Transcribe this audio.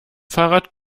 fahrrad